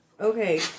Okay